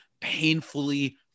painfully